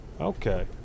Okay